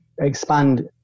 expand